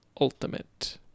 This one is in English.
Ultimate